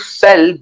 sell